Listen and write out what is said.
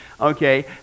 okay